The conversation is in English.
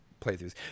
playthroughs